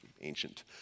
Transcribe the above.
ancient